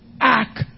Act